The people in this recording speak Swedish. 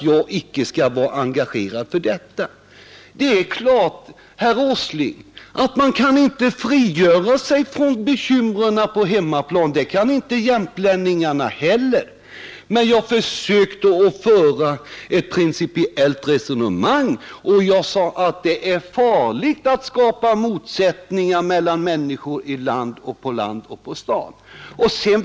Man kan naturligtvis inte frigöra sig från bekymren på hemmaplan, herr Åsling. Det kan inte jämtlänningarna heller. Men jag har försökt föra ett principiellt resonemang och säga att det är farligt att skapa motsättningar mellan människor i städerna och människor på landsbygden.